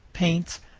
paints,